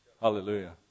Hallelujah